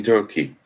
Turkey